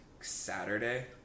Saturday